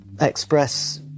express